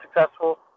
successful